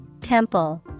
Temple